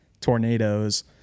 tornadoes